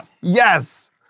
Yes